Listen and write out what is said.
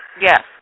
Yes